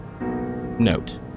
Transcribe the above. Note